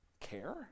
Care